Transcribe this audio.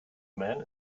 man